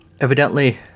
Evidently